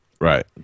Right